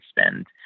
spend